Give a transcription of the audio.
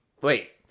Wait